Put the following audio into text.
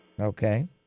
Okay